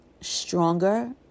stronger